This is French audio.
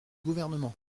gouvernement